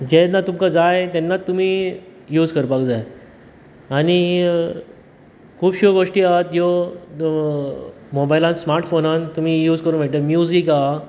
जेन्ना तुमकां जाय तेन्नात तुमी यूज करपाक जाय आनी अ खुबश्यो गोश्टीं आहात ज्यो मोबायलान स्मार्टफोनांत तुमी यूज करुंक मेळटलें म्युजीक आहा